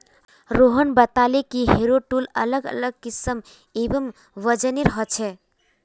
रोहन बताले कि harrow tool अलग अलग किस्म एवं वजनेर ह छे